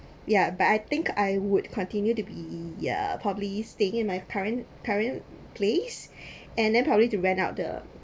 ya but I think I would continue to be ya probably staying in my parent parent place and then probably to rent out the